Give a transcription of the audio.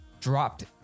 dropped